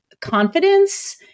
confidence